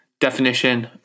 definition